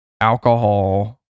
alcohol